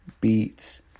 beats